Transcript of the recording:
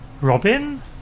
Robin